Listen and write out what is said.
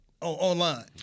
online